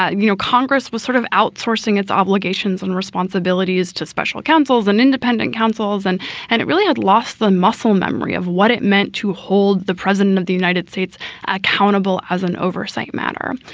ah you know, congress was sort of outsourcing its obligations and responsibilities to special counsels and independent counsels, and and it really had lost the muscle memory of what it meant to hold the president of the united states accountable as an oversight matter.